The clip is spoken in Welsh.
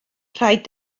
rhaid